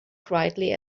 quietly